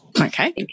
Okay